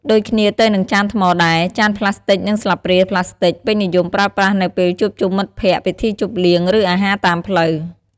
ដូចគ្នាទៅនឹងចានថ្មដែរ ចានប្លាស្ទិកនិងស្លាបព្រាប្លាស្ទិក ពេញនិយមប្រើប្រាស់នៅពេលជួបជុំមិត្តភ័ក្តិ ពិធីជប់លៀង ឬអាហារតាមផ្លូវ។